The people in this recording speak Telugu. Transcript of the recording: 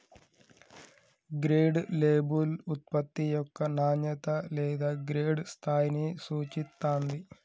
గ్రేడ్ లేబుల్ ఉత్పత్తి యొక్క నాణ్యత లేదా గ్రేడ్ స్థాయిని సూచిత్తాంది